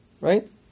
right